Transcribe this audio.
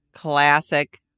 classic